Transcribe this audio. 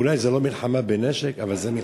אולי זו לא מלחמה בנשק, אבל זו מלחמה.